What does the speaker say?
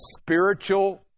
spiritual